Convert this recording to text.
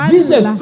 Jesus